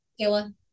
Kayla